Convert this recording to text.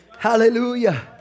Hallelujah